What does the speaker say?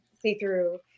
see-through